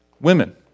Women